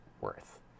worth